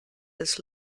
his